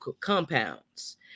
compounds